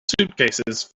suitcases